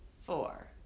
four